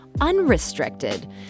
unrestricted